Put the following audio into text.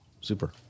super